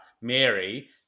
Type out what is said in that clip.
Mary